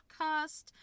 podcast